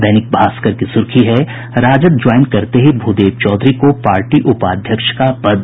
दैनिक भास्कर की सुर्खी है राजद ज्वाईन करते ही भूदेव चौधरी को पार्टी उपाध्यक्ष का पद